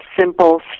simple